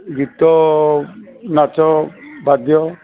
ଗୀତ ନାଚ ବାଦ୍ୟ